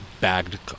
bagged